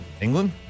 England